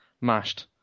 mashed